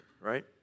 right